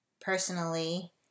personally